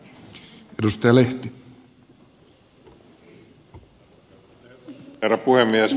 arvoisa herra puhemies